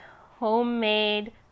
homemade